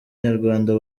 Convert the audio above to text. nyarwanda